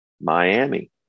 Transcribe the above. miami